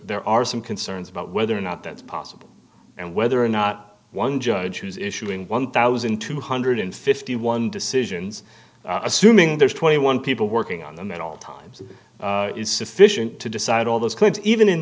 there are some concerns about whether or not that's possible and whether or not one judge who's issuing one thousand two hundred and fifty one dollars decisions assuming there's twenty one people working on them at all times is sufficient to decide all those claims even in